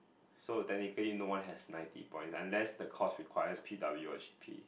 so technically no one has ninety point unless the course require P_W_P